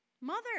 mother